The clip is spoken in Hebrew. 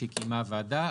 שקיימה הוועדה.